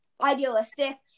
idealistic